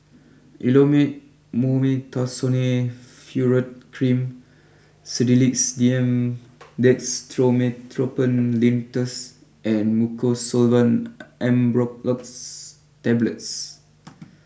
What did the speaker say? Elomet Mometasone Furoate cream Sedilix D M Dextromethorphan Linctus and Mucosolvan Ambroxol Tablets